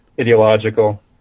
ideological